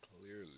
clearly